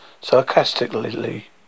sarcastically